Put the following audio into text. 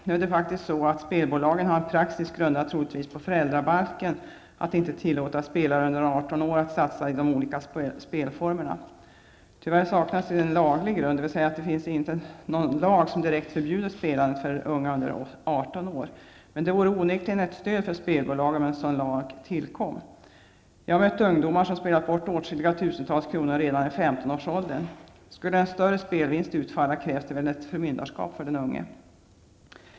Det är faktiskt så att spelbolagen har som praxis, troligtvis grundad på föräldrabalken, att inte tillåta spelare under 18 år att satsa i de olika spelformerna. Tyvärr saknas det en laglig grund, dvs. det finns inte någon lag som direkt förbjuder spelande för unga under 18 år. Det vore onekligen ett stöd för spelbolagen om en sådan lag tillkom. Jag har mött ungdomar som spelat bort åtskilliga tusentals kronor redan i 15-årsåldern. Skulle en större spelvinst utfalla krävs det väl ett förmyndarskap för den unge.